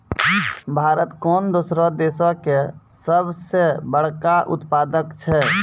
भारत कोनो दोसरो देशो के तुलना मे केला के सभ से बड़का उत्पादक छै